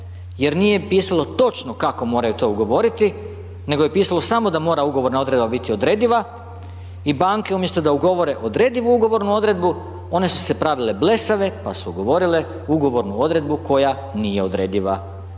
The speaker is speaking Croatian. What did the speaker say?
jer nije pisalo točno kako moraju to ugovoriti, nego je pisalo samo da ugovorna odredba mora biti odrediva i banke umjesto da ugovore odredivu ugovornu odredbu, one su se pravile blesave, pa su ugovorile ugovornu odredbu koja nije odrediva.